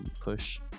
Push